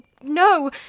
No